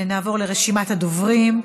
ונעבור לרשימת הדוברים: